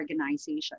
organization